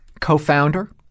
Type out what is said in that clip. co-founder